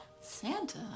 Santa